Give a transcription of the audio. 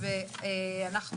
נעה,